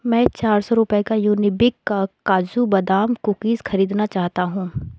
मैं चार सौ रुपये का युनिबिक काजू बादाम कुकीज खरीदना चाहता हूँ